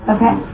Okay